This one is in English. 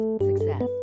success